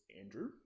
Andrew